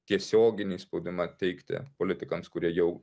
tiesioginį spaudimą teikti politikams kurie jau